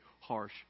harsh